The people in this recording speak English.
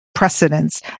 precedence